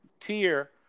tier